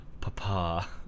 Papa